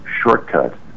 shortcut